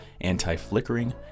anti-flickering